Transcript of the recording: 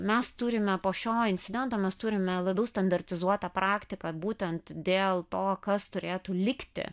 mes turime po šio incidento mes turime labiau standartizuotą praktiką būtent dėl to kas turėtų likti